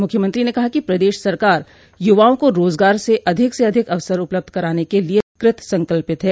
मुख्यमंत्री ने कहा कि प्रदेश सरकार युवाओं को रोजगार के अधिक से अधिक अवसर उपलब्ध कराने क लिये कृतसंकल्पित है